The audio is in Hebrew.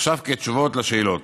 ועכשיו כתשובות על השאלות.